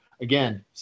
again